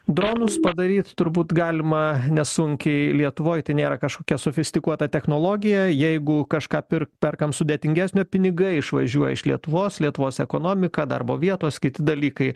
dronus padaryt turbūt galima nesunkiai lietuvoj tai nėra kažkokia sofistikuota technologija jeigu kažką pir perkam sudėtingesnio pinigai išvažiuoja iš lietuvos lietuvos ekonomika darbo vietos kiti dalykai